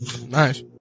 Nice